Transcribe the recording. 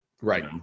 Right